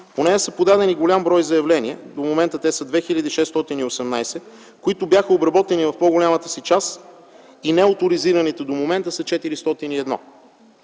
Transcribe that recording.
По нея са подадени голям брой заявления. До момента те са 2618, които бяха обработени в по-голямата си част, и неоторизираните до момента са 401.